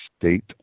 state